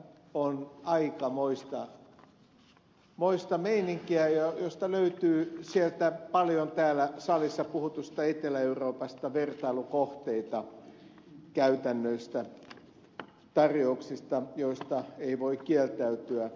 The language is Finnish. kyllä tämä on aikamoista meininkiä johon löytyy paljon täällä salissa puhutusta etelä euroopasta vertailukohteita käytännöistä tarjouksista joista ei voi kieltäytyä